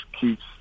keeps